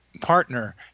partner